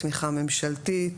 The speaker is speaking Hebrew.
בתמיכה ממשלתית.